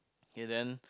okay then